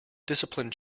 disciplined